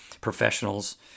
professionals